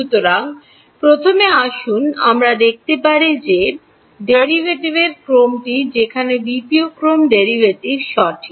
সুতরাং প্রথমে আসুন আমরা দেখতে পারি যে ডেরাইভেটিভের ক্রমটি সেখানে দ্বিতীয় ক্রম ডেরাইভেটিভ সঠিক